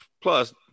plus